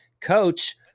Coach